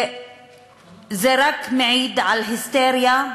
זה רק מעיד על היסטריה,